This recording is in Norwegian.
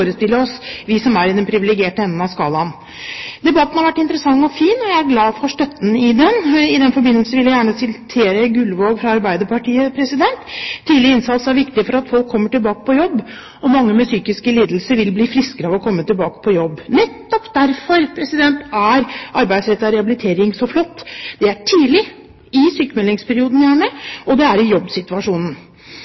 forestille oss, vi som er i den privilegerte enden av skalaen. Debatten har vært interessant og fin, og jeg er glad for støtten i den. I den forbindelse vil jeg gjerne vise til Gullvåg fra Arbeiderpartiet, som sa at tidlig innsats er viktig for at folk kommer tilbake på jobb, og at mange med psykiske lidelser vil bli friskere av å komme tilbake på jobb. Nettopp derfor er arbeidsrettet rehabilitering så flott – det er gjerne tidlig i sykmeldingsperioden,